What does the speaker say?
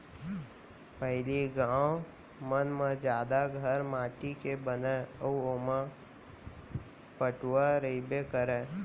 पहिली गॉंव मन म जादा घर माटी के बनय अउ ओमा पटउहॉं रइबे करय